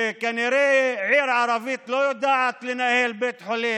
כנראה עיר ערבית לא יודעת לנהל בית חולים,